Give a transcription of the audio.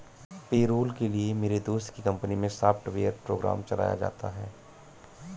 payroll के लिए मेरे दोस्त की कंपनी मै सॉफ्टवेयर प्रोग्राम चलाया जाता है